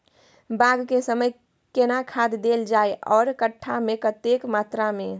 बाग के समय केना खाद देल जाय आर कट्ठा मे कतेक मात्रा मे?